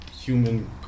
Human